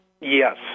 Yes